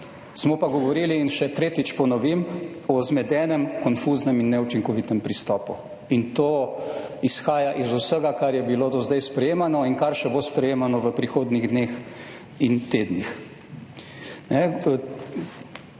Smo pa govorili, in še tretjič ponovim, o zmedenem, konfuznem in neučinkovitem pristopu. In to izhaja iz vsega, kar je bilo do zdaj sprejemano in kar še bo sprejemalo v prihodnjih dneh in tednih.